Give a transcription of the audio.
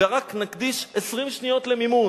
ורק נקדיש 20 שניות למימון.